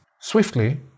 swiftly